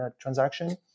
transaction